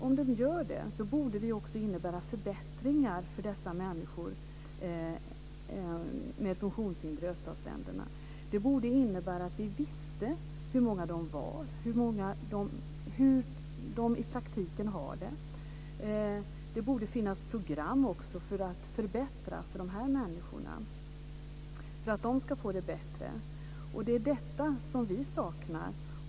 Om det gör det borde det också innebära förbättringar för dessa människor med funktionshinder i öststatsländerna. Det borde innebära att vi visste hur många de är och hur de i praktiken har det. Det borde finnas program också för att förbättra för dessa människor. Det är detta som vi saknar.